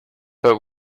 but